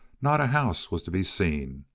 not a house was to be seen,